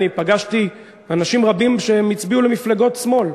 אני פגשתי אנשים רבים שהצביעו למפלגות שמאל,